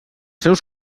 seus